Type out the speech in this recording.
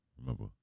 Remember